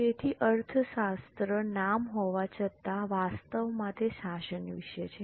તેથી અર્થશાસ્ત્ર નામ હોવા છતાં વાસ્તવમાં તે શાસન વિશે છે